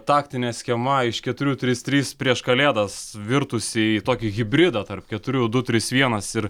taktine schema iš keturių trys trys prieš kalėdas virtusį tokį hibridą tarp keturių du trys vienas ir